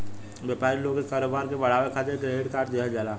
व्यापारी लोग के कारोबार के बढ़ावे खातिर क्रेडिट कार्ड दिहल जाला